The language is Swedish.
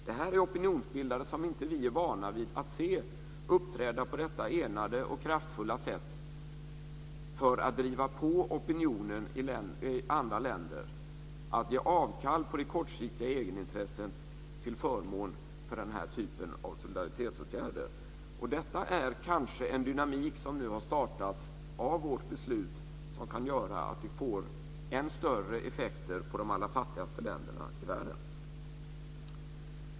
Det här är opinionsbildare som vi inte är vana vid att se uppträda på detta enade och kraftfulla sätt för att driva på opinionen i andra länder att ge avkall på de kortsiktiga egenintressen till förmån för den här typen av solidaritetsåtgärder. Detta är kanske en dynamik som nu har startats av vårt beslut som kan göra att vi får än större effekter på de allra fattigaste länderna i världen.